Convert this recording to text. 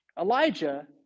Elijah